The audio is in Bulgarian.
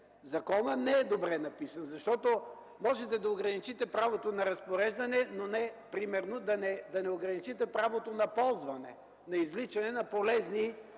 законът не е добре написан, защото можете да ограничите правото на разпореждане, но не примерно да не ограничите правото на ползване, на извличане на полезни свойства